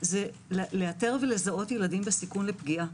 זה לאתר ולזהות ילדים בסיכון לפגיעה,